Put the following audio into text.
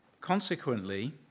Consequently